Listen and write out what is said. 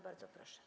Bardzo proszę.